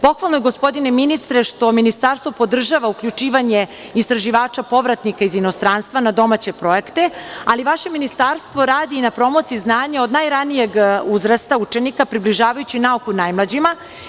Pohvalno je, gospodine ministre, što Ministarstvo podržava uključivanje istraživača povratnika iz inostranstva na domaće projekte, ali vaše Ministarstvo radi na promociji znanja od najranijeg uzrasta učenika, približavajući nauku najmlađima.